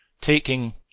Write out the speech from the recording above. taking